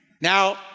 Now